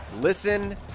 listen